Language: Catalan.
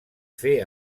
fer